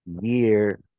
year